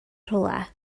rhywle